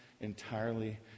entirely